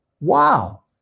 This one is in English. Wow